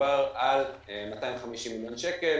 דובר על 250 מיליון שקל